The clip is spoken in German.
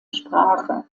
sprache